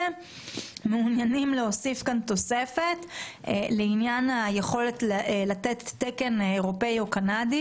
מעוניינים להוסיף כאן תוספת לעניין היכולת לתת תקן אירופאי או קנדי,